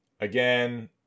again